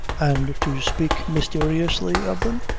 and to speak mysteriously of them?